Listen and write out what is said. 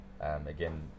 again